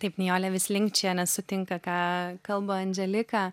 taip nijolė vis linkčioja nes sutinka ką kalba andželika